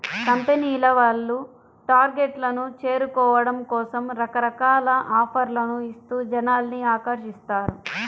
కంపెనీల వాళ్ళు టార్గెట్లను చేరుకోవడం కోసం రకరకాల ఆఫర్లను ఇస్తూ జనాల్ని ఆకర్షిస్తారు